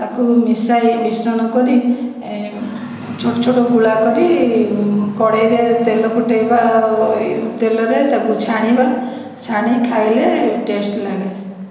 ତାକୁ ମିଶାଇ ମିଶ୍ରଣ କରି ଛୋଟ ଛୋଟ ଗୁଳା କରି କଡ଼େଇରେ ତେଲ ଫୁଟେଇବା ତେଲରେ ତାକୁ ଛାଣିବା ଛାଣି ଖାଇଲେ ଟେଷ୍ଟ ଲାଗେ